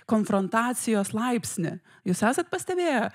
konfrontacijos laipsnį jūs esat pastebėję